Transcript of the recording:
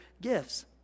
gifts